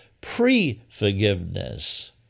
pre-forgiveness